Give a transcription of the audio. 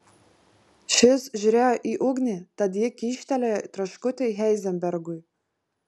šis žiūrėjo į ugnį tad ji kyštelėjo traškutį heizenbergui